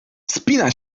wspina